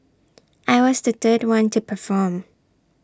I was the third one to perform